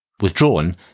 withdrawn